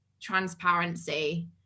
transparency